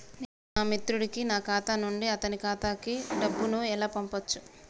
నేను నా మిత్రుడి కి నా ఖాతా నుండి అతని ఖాతా కు డబ్బు ను ఎలా పంపచ్చు?